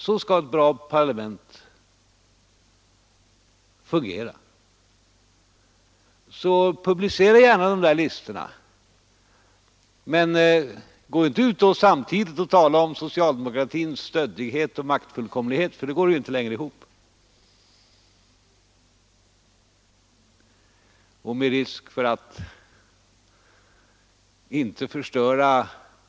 Så skall ett bra parlament fungera. Publicera gärna dessa listor men tala inte samtidigt om socialdemokratins stöddighet och maktfullkomlighet, för då går resonemanget inte längre ihop.